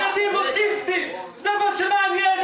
בילדים אוטיסטים, זה מה שמעניין.